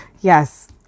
yes